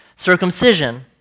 circumcision